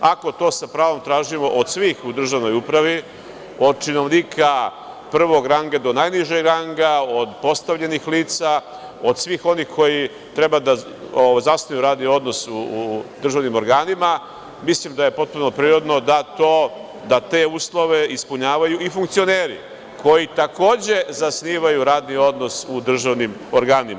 Ako to sa pravom tražimo od svih u državnoj upravi, od činovnika prvog ranga do najnižeg ranga, od postavljenih lica, od svih onih koji treba da zasnuju radni odnos u državnim organima, mislim da je potpuno prirodno da te uslove ispunjavaju i funkcioneri, koji takođe zasnivaju radni odnos u državnim organima.